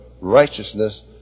righteousness